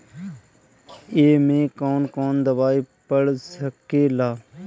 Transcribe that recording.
ए में कौन कौन दवाई पढ़ सके ला?